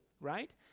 right